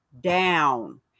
down